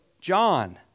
John